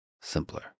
simpler